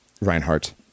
Reinhardt